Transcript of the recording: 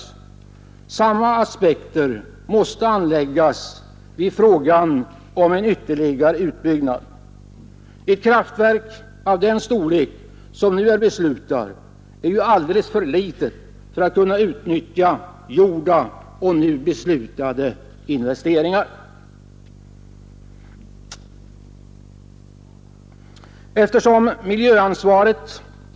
Samma aspekter måste anläggas när det gäller frågan om en ytterligare utbyggnad. Det kraftverk som man nu har beslutat bygga är ju alldeles för litet för att tidigare gjorda och nu beslutade investeringar skall kunna utnyttjas.